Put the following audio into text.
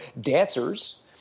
dancers